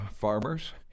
farmers